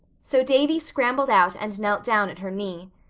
so davy scrambled out and knelt down at her knee.